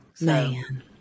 Man